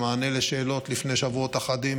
במענה על שאלות לפני שבועות אחדים,